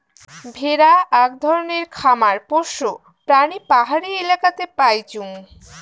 ভেড়া আক ধরণের খামার পোষ্য প্রাণী পাহাড়ি এলাকাতে পাইচুঙ